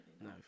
no